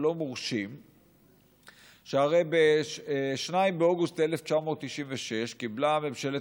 שהרי ב-2 באוגוסט 1996 קיבלה ממשלת